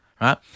right